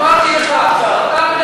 אמרתי לך עכשיו,